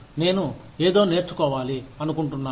నేను ఏదో నేర్చుకోవాలి అనుకుంటున్నాను